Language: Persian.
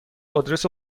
آدرس